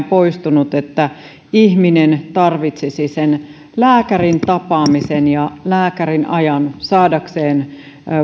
poistunut että ihminen tarvitsisi lääkärin tapaamisen ja lääkärin ajan saadakseen